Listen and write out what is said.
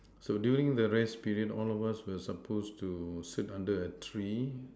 so during the rest period all of us were supposed to sit under a tree